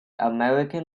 american